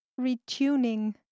retuning